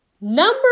Number